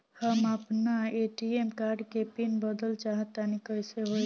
हम आपन ATM card के पीन बदलल चाहऽ तनि कइसे होई?